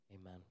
Amen